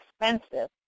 expensive